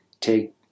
take